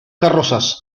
carrozas